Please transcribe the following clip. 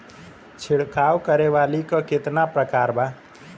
छिड़काव करे वाली क कितना प्रकार बा?